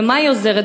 במה היא עוזרת?